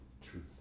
truth